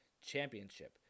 Championship